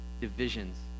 divisions